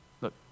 Look